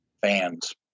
fans